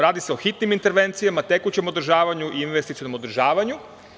Radi se o hitnim intervencijama, tekućem održavanju i investicionom održavanju.